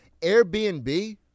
Airbnb